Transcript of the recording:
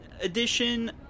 edition